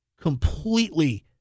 completely